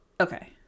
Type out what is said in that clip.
Okay